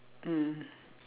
mm